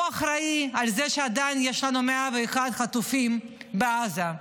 הוא אחראי לזה שעדיין יש לנו 101 חטופים בעזה,